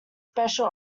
special